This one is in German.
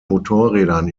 motorrädern